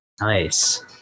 nice